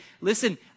listen